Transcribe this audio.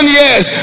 years